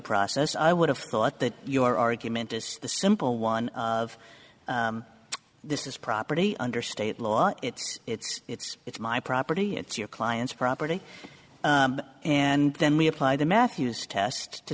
process i would have thought that your argument is the simple one of this is property under state law it's it's it's it's my property it's your client's property and then we apply the matthews test to